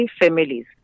families